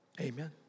Amen